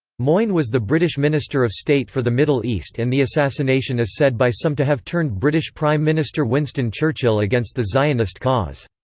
moyne was the british minister of state for the middle east and the assassination is said by some to have turned british prime minister winston churchill against the zionist cause.